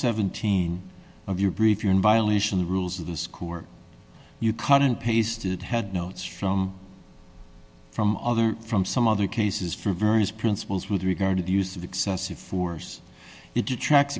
seventeen of your brief you're in violation the rules of the school you cut and pasted had notes from from other from some other cases for various principles with regard to the use of excessive force it detracts